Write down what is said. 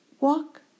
Walk